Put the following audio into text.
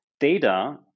data